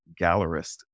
gallerist